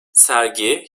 sergi